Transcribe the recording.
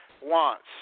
wants